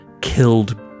killed